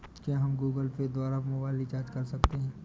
क्या हम Google Pay द्वारा मोबाइल रिचार्ज कर सकते हैं?